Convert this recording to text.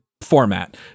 format